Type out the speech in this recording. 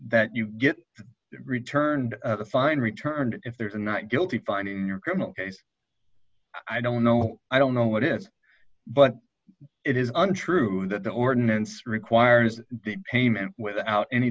that you get returned a fine returned if there's a not guilty finding your criminal case i don't know i don't know what is but it is under true that the ordinance requires the payment without any